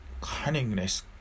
cunningness